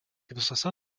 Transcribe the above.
visuose